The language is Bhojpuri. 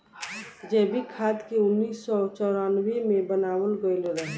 जैविक खाद के उन्नीस सौ चौरानवे मे बनावल गईल रहे